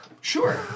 Sure